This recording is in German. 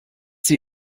sie